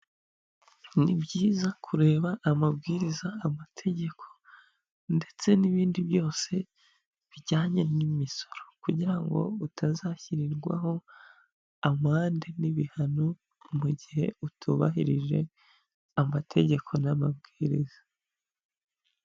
Ni byiza kureba amabwiriza amategeko ndetse n'ibindi byose bijyanye n'imisoro, kugira ngo utazashyirirwaho amande n'ibihano, mu gihe utubahirije amategeko n'amabwiriza.